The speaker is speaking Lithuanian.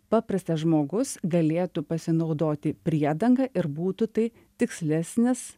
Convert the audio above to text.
paprastas žmogus galėtų pasinaudoti priedanga ir būtų tai tikslesnis